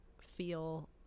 feel